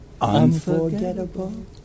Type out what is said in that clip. unforgettable